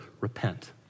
repent